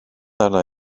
arna